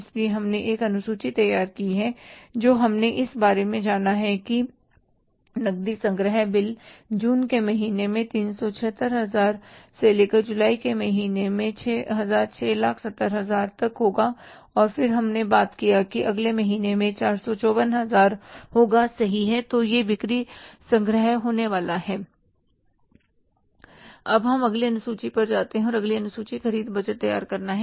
इसलिए हमने एक अनुसूची तैयार की थी और हमने इस बारे में जाना कि नकदी संग्रह बिल जून के महीने में 376 हजार से लेकर जुलाई के महीने में 607000 तक होगा और फिर हमने बात किया कि अगस्त महीने में 454 हजार होगा सही है तो यह बिक्री संग्रह होने वाला है अब हम अगली अनुसूची पर जाते हैं और अगली अनुसूची ख़रीद बजट तैयार करना है